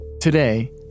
Today